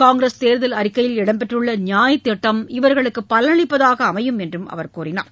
காங்கிரஸ் தேர்தல் அறிக்கையில் இடம்பெற்றுள்ள நியாய் திட்டம் இவர்களுக்கு பலனளிப்பதாக அமையும் என்றும் அவர் குறிப்பிட்டார்